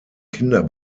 kinder